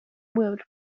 wheeled